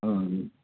હં